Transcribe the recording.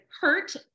hurt